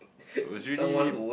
was really